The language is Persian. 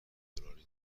دلاری